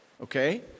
Okay